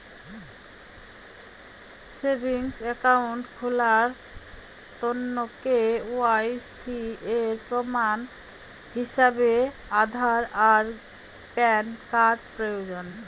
savings account খুলার তন্ন KYC এর প্রমাণ হিছাবে আধার আর প্যান কার্ড প্রয়োজন